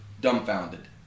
dumbfounded